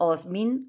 Osmin